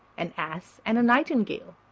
an ass and a nightingale.